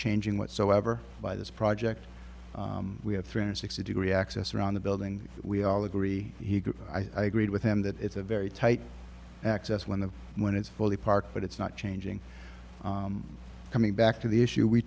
changing whatsoever by this project we have three hundred sixty degree access around the building we all agree i greet with him that it's a very tight access when the when it's fully park but it's not changing coming back to the issue we